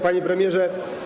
Panie Premierze!